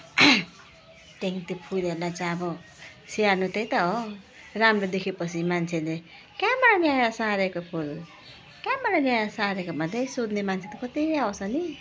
त्यहाँदेखि त्यो फुलहरूलाई चाहिँ अब स्याहार्नु त्यही त हो राम्रो देखेपछि मान्छेले कहाँबाट ल्याएर सारेको फुल कहाँबाट ल्याएर सारेको भन्दै सोध्ने मान्छे त कत्ति आउँछ नि